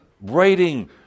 writing